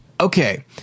Okay